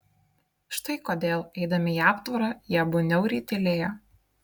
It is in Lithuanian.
štai kodėl eidami į aptvarą jie abu niauriai tylėjo